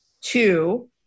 Two